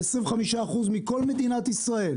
25% מכל מדינת ישראל,